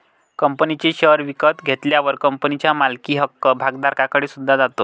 कंपनीचे शेअर विकत घेतल्यावर कंपनीच्या मालकी हक्क भागधारकाकडे सुद्धा जातो